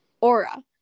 aura